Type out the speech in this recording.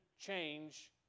change